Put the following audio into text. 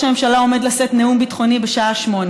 הממשלה עומד לשאת נאום ביטחוני בשעה 20:00,